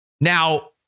Now